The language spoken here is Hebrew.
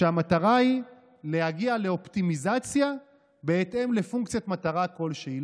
והמטרה היא להגיע לאופטימיזציה בהתאם לפונקציית מטרה כלשהי.